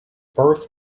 birth